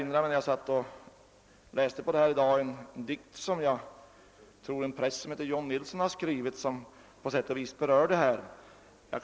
När jag i dag läste detta utlåtande erinrade jag mig en dikt, som jag tror att en präst som heter John Nilsson har skrivit och som på sätt och vis berör detta problem.